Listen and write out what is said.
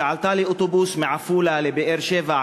שעלתה לאוטובוס מעפולה לבאר-שבע,